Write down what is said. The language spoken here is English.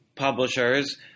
Publishers